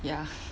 yeah